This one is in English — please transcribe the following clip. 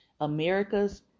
America's